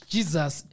Jesus